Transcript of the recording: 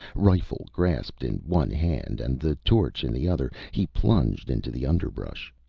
rifle grasped in one hand and the torch in the other, he plunged into the underbrush.